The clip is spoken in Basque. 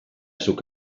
zuk